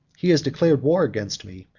he has declared war against me,